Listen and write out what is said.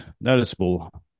noticeable